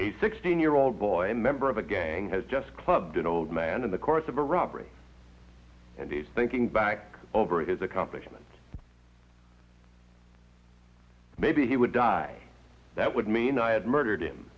a sixteen year old boy a member of a gang has just clubbed an old man in the course of a robbery and he's thinking back over his accomplishment maybe he would die that would mean i had murdered him